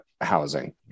housing